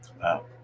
Wow